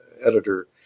editor